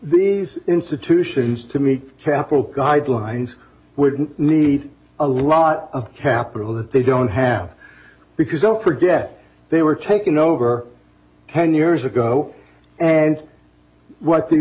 these institutions to me capital god lines would need a lot of capital that they don't have because don't forget they were taken over ten years ago and what the